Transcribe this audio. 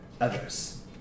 others